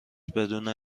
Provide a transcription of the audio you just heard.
بدون